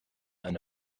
eine